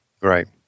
Right